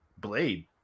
Blade